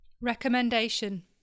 Recommendation